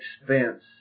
expense